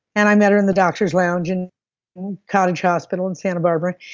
and i met her in the doctor's lounge in cottage hospital in santa barbara.